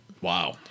Wow